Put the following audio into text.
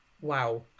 wow